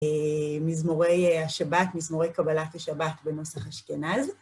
מזמורי השבת, מזמורי קבלת השבת בנוסח אשכנז.